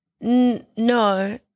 No